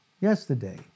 Yesterday